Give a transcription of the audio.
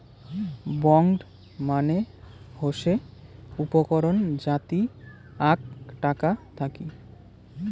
bond মানে হসে উপকরণ যাতি আক টাকা থাকি